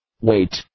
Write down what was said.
Wait